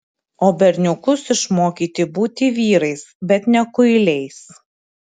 o berniukus išmokyti būti vyrais bet ne kuiliais